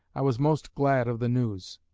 i was most glad of the news.